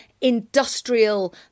industrial